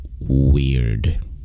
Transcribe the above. weird